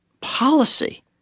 policy